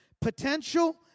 Potential